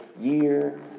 year